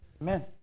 Amen